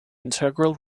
integral